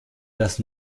das